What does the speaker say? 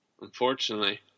unfortunately